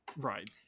right